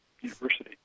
University